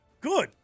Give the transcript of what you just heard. good